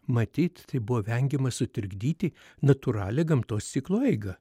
matyt taip buvo vengiama sutrikdyti natūralią gamtos ciklo eigą